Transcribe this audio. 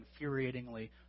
infuriatingly